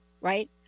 right